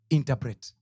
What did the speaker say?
Interpret